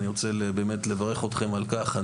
אני רוצה לברך אתכם על כך.